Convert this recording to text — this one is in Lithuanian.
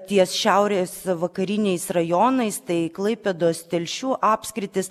ties šiaurės vakariniais rajonais tai klaipėdos telšių apskritis